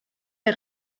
der